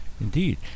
Indeed